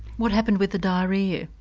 what happened with the diarrhoea?